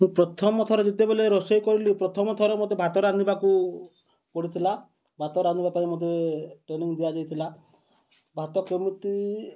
ମୁଁ ପ୍ରଥମଥର ଯେତେବେଳେ ରୋଷେଇ କଲି ପ୍ରଥମଥର ମୋତେ ଭାତ ରାନ୍ଧିବାକୁ ପଡ଼ିଥିଲା ଭାତ ରାନ୍ଧିବା ପାଇଁ ମୋତେ ଟ୍ରେନିଙ୍ଗ ଦିଆଯାଇଥିଲା ଭାତ କେମିତି